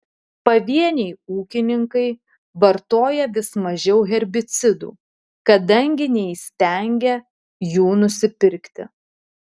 pavieniai ūkininkai vartoja vis mažiau herbicidų kadangi neįstengia jų nusipirkti